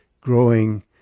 growing